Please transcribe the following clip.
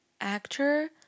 actor